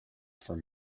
from